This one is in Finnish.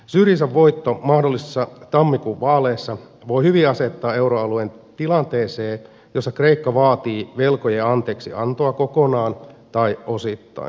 syrizan voitto mahdollisissa tammikuun vaaleissa voi hyvin asettaa euroalueen tilanteeseen jossa kreikka vaatii velkojen anteeksiantoa kokonaan tai osittain